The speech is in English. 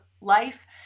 life